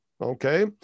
okay